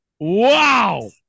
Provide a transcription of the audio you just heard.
Wow